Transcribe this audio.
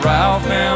Ralph